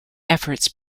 efforts